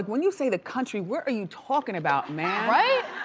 when you say the country, what are you talking about, man? right?